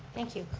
thank you.